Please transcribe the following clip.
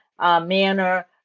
manner